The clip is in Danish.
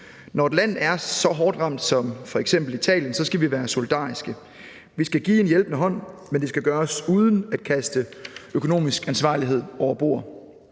Når et land er så hårdt ramt som f.eks. Italien, skal vi være solidariske. Vi skal give en hjælpende hånd, men det skal gøres uden at kaste økonomisk ansvarlighed over bord.